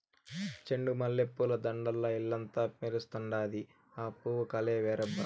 చెండు మల్లె పూల దండల్ల ఇల్లంతా మెరుస్తండాది, ఆ పూవు కలే వేరబ్బా